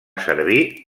servir